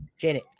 Jenny